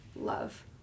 love